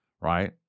right